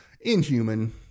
Inhuman